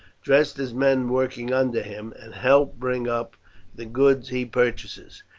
dressed as men working under him, and help bring up the goods he purchases.